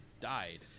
died